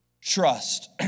trust